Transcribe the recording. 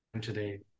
today